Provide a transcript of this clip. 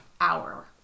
hour